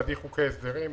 נביא חוקי הסדרים,